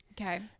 Okay